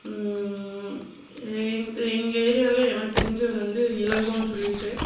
எங்கள் ஏரியாவில் எனக்கு தெரிஞ்சவர் வந்து இளங்கோனு சொல்லிவிட்டு